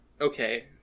okay